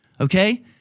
Okay